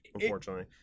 unfortunately